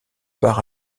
part